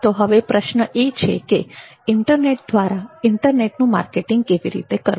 તો હવે પ્રશ્ન એ છે કે ઇન્ટરનેટ દ્વારા ઈન્ટરનેટનું માર્કેટિંગ કેવી રીતે કરવું